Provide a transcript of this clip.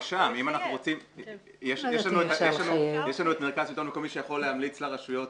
יש לנו את מרכז שלטון מקומי שיכול להמליץ לרשויות